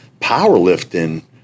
Powerlifting